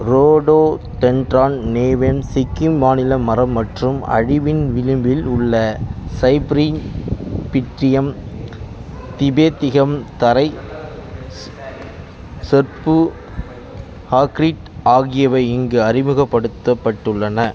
rhododendron நிவேம் சிக்கிம் மாநில மரம் மற்றும் அழிவின் விளிம்பில் உள்ள சைப்ரிங் பிட்ரியம் திபெத்திகம் தரை ஸ் செர்ப்பு ஆக்ரிட் ஆகியவை இங்கு அறிமுகப்படுத்தப்பட்டுள்ளன